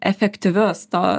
efektyvius to